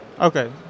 Okay